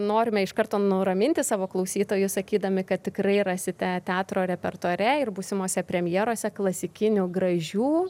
norime iš karto nuraminti savo klausytojus sakydami kad tikrai rasite teatro repertuare ir būsimose premjerose klasikinių gražių